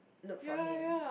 look for him